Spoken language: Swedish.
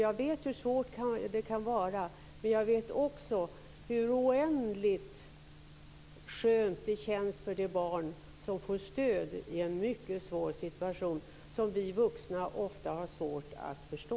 Jag vet hur svårt det kan vara, men jag vet också hur oändligt skönt det känns för det barn som får stöd i en mycket svår situation som vi vuxna ofta har svårt att förstå.